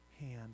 hand